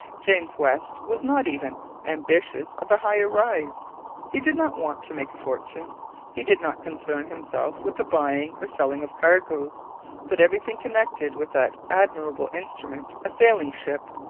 james west was not even ambitious of a higher rise he did not want to make a fortune he did not concern himself with the buying or selling of cargoes but everything connected with that admirable instrument a sailing ship,